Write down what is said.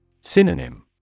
Synonym